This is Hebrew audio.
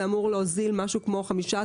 זה אמור להוזיל משהו כמו 15%,